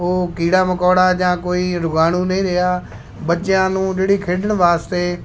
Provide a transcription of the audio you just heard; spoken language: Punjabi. ਉਹ ਕੀੜਾ ਮਕੌੜਾ ਜਾਂ ਕੋਈ ਰੁਗਾਣੂ ਨਹੀਂ ਰਿਹਾ ਬੱਚਿਆਂ ਨੂੰ ਜਿਹੜੀ ਖੇਡਣ ਵਾਸਤੇ